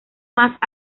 más